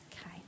Okay